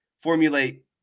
formulate